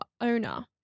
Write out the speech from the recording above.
owner